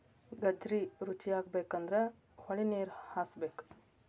ಗಜ್ರಿ ರುಚಿಯಾಗಬೇಕಂದ್ರ ಹೊಳಿನೇರ ಹಾಸಬೇಕ